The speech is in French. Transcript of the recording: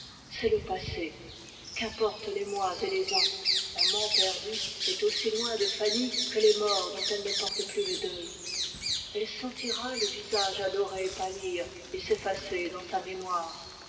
c'est le passé qu'importent les mois et les ans l'amant perdu est aussi loin de fanny que les morts dont elle ne porte plus le deuil elle sentira le visage adoré pâlir et s'effacer dans sa mémoire